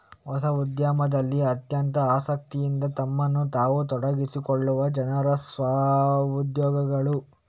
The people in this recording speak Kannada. ಹೊಸ ಉದ್ಯಮದಲ್ಲಿ ಅತ್ಯಂತ ಆಸಕ್ತಿಯಿಂದ ತಮ್ಮನ್ನು ತಾವು ತೊಡಗಿಸಿಕೊಳ್ಳುವ ಜನರು ಸ್ವ ಉದ್ಯೋಗಿಗಳು